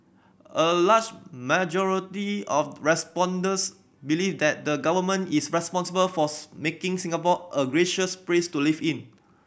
a large majority of respondents believe that the Government is responsible for making Singapore a gracious place to live in